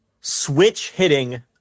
switch-hitting